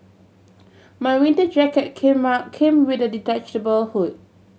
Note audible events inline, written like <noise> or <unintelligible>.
my winter jacket came <unintelligible> came with a detachable hood